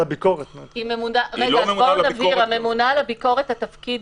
התכוונתי לממונה על הביקורת.